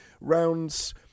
rounds